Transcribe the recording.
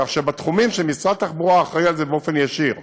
כך שבתחומים שמשרד התחבורה אחראי להם באופן ישיר,